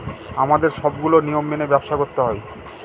আমাদের সবগুলো নিয়ম মেনে ব্যবসা করতে হয়